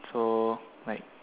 so like